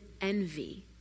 envy